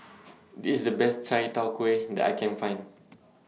This IS The Best Chai Tow Kway that I Can Find